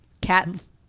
Cats